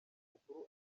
mukuru